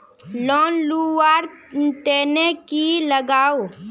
Loan लुवा र तने की लगाव?